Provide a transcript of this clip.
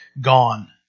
gone